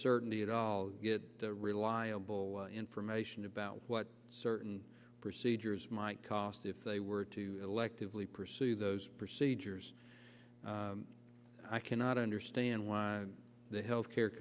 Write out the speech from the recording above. certainty at all get reliable information about what certain procedures might cost if they were to electively pursue those procedures i cannot understand why the health care